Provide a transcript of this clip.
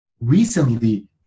recently